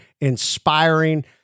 inspiring